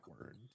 word